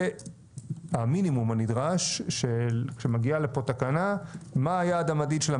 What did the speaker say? זה המינימום הנדרש שכשמגיעה לפה תקנה מה היעד המדיד שלה,